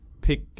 pick